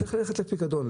צריך ללכת לפיקדון.